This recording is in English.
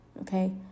okay